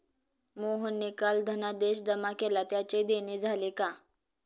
मोहनने काल धनादेश जमा केला त्याचे देणे झाले का?